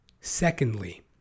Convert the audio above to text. Secondly